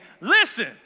listen